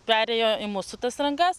perėjo į mūsų tas rankas